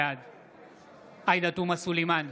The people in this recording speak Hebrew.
בעד עאידה תומא סלימאן,